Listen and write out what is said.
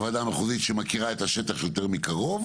בוועדה המחוזית, שמכירה את השטח יותר מקרוב,